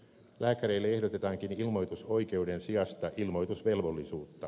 lääkäreille ehdotetaankin ilmoitusoikeuden sijasta ilmoitusvelvollisuutta